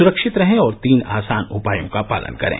सुरक्षित रहें और तीन आसान उपायों का पालन करें